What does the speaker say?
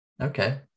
okay